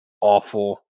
awful